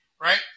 right